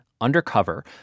undercover